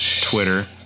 Twitter